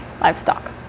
livestock